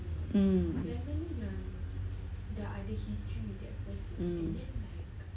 um um